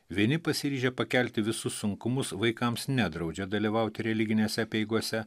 vieni pasiryžę pakelti visus sunkumus vaikams nedraudžia dalyvauti religinėse apeigose